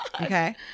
Okay